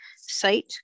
site